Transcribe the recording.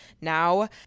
now